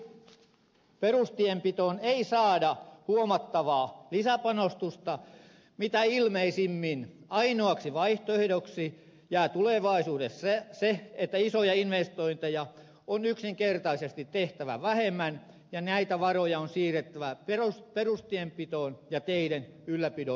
mikäli perustienpitoon ei saada huomattavaa lisäpanostusta mitä ilmeisimmin ainoaksi vaihtoehdoksi jää tulevaisuudessa se että isoja investointeja on yksinkertaisesti tehtävä vähemmän ja näitä varoja on siirrettävä perustienpitoon ja teiden ylläpidon rahoitukseen